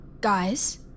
Guys